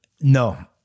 No